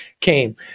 came